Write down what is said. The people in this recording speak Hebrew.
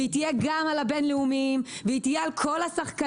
והיא תהיה גם על הבין-לאומיים והיא תהיה על כל השחקנים.